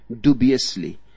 dubiously